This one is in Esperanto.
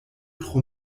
tro